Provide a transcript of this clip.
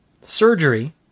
surgery